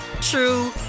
true